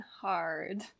hard